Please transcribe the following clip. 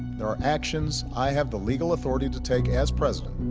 there are actions i have the legal authority to take as president.